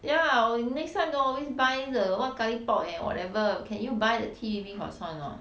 ya next time don't always buy the what curry pok eh or whatever can you buy the T_B_B croissant or not